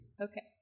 Okay